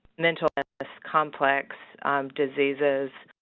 mental complex diseases.